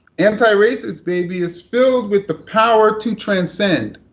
antiracist baby is filled with the power to transcend,